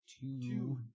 two